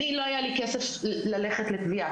לא היה לי כסף ללכת לתביעה,